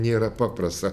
nėra paprasta